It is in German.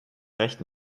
recht